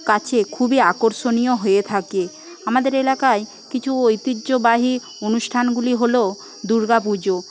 কাছে খুবই আকর্ষণীয় হয়ে থাকে আমাদের একালায় কিছু ঐতিহ্যবাহী অনুষ্ঠানগুলি হল দুর্গাপুজো